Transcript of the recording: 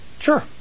Sure